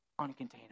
uncontainable